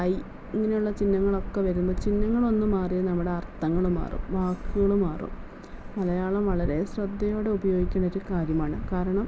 I ഇങ്ങനെയുള്ള ചിഹ്നങ്ങളൊക്കെ വരുമ്പോൾ ചിഹ്നങ്ങളൊന്ന് മാറിയാൽ നമ്മുടെ അർത്ഥങ്ങളും മാറും വാക്കുകൾ മാറും മലയാളം വളരെ ശ്രദ്ധയോട് ഉപയോഗിക്കുന്നൊരു കാര്യമാണ് കാരണം